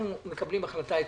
אנחנו מקבלים החלטה עקרונית.